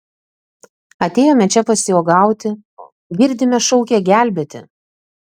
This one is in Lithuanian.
atėjome čia pasiuogauti girdime šaukia gelbėti